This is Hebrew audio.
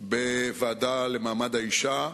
בוועדה למעמד האשה,